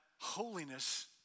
holiness